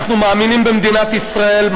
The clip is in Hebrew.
אנחנו מאמינים במדינת ישראל,